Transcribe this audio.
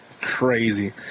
crazy